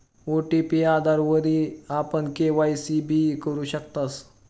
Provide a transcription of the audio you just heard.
OTP आधारवरी आपण e KYC भी करु शकतस